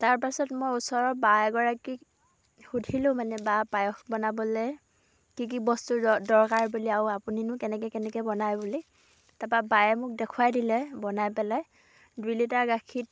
তাৰ পাছত মই ওচৰৰ বা এগৰাকীক সুধিলোঁ মানে বা পায়স বনাবলৈ কি কি বস্তুৰ দৰকাৰ বুলি আৰু আপুনিনো কেনেকৈ কেনেকৈ বনাই বুলি তাৰ পৰা বায়ে মোক দেখুৱাই দিলে বনাই পেলাই দুই লিটাৰ গাখীত